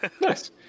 Nice